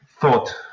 thought